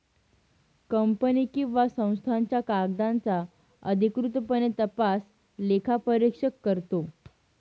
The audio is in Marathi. कंपनी किंवा संस्थांच्या कागदांचा अधिकृतपणे तपास लेखापरीक्षक करतो